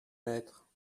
mettre